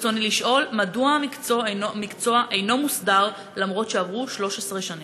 ברצוני לשאול: מדוע המקצוע אינו מוסדר למרות שעברו 13 שנים?